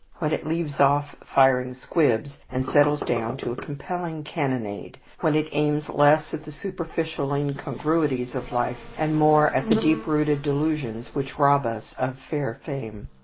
when it leaves off firing squibs, and settles down to a compelling cannonade, when it aims less at the superficial incongruities of life, and more at the deep-rooted delusions which rob us of fair fame.